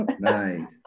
Nice